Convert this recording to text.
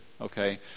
okay